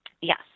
Yes